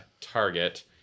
target